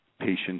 patients